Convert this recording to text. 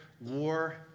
war